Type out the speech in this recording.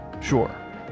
sure